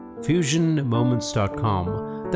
FusionMoments.com